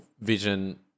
vision